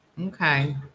okay